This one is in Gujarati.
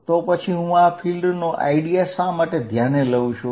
તો પછી હું આ ફિલ્ડ નો વિચાર શા માટે ધ્યાને લઉં છું